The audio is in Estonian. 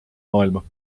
maailma